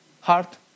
heart